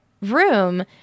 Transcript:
room